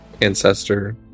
ancestor